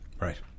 Right